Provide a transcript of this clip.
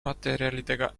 materjalidega